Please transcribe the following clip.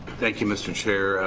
thank you mr. chair.